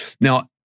Now